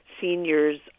seniors